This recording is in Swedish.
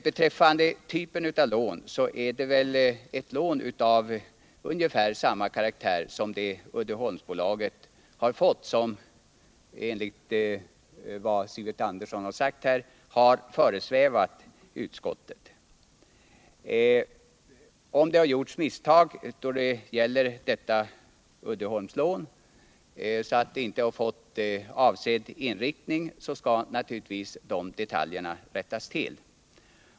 Beträffande typen av lån är det ett lån av ungefär samma karaktär som det Uddeholmsbolaget fått som föresvävat utskottet, som Sivert Andersson uttryckte sig. Om det gjorts misstag då det gäller Uddeholmslånet så att det inte fått avsedd inriktning skall naturligtvis de detaljerna rättas till.